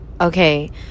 Okay